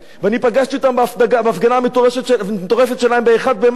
ואני פגשתי אותם בהפגנה המטורפת שלהם ב-1 במאי,